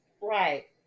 right